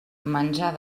menjar